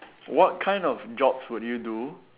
what kind of jobs will you do